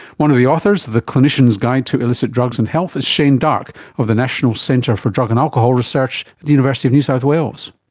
one of the authors of the clinician's guide to illicit drugs and health is shane darke of the national centre for drug and alcohol research at the university of new south wales.